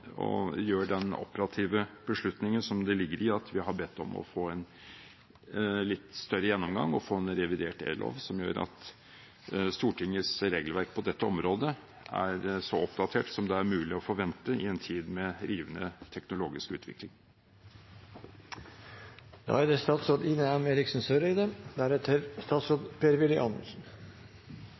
den operative beslutningen som ligger i at vi har bedt om å få en litt større gjennomgang og en revidert e-lov som gjør at Stortingets regelverk på dette området er så oppdatert som det er mulig å forvente i en tid med rivende teknologisk utvikling.